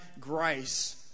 grace